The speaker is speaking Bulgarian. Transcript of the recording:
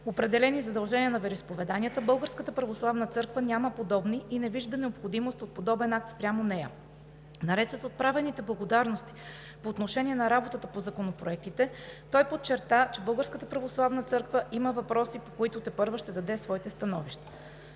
определени задължения на вероизповеданията, БПЦ няма подобни и не вижда необходимост от подобен акт спрямо нея. Наред с отправените благодарности по отношение на работата по законопроектите, той подчерта, че БПЦ има въпроси, по които тепърва ще даде своите становища.